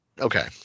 Okay